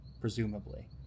presumably